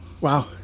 wow